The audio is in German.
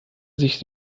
sich